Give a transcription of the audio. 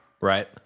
right